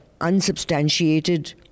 unsubstantiated